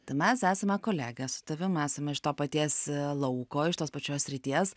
tai mes esame kolegės su tavim esame iš to paties lauko iš tos pačios srities